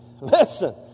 Listen